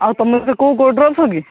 ଆଉ ତୁମେ ଏବେ କେଉଁ କୋର୍ଟରେ ଅଛ କି